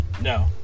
no